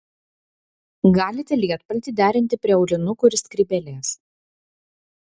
galite lietpaltį derinti prie aulinukų ir skrybėlės